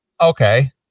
Okay